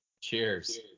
Cheers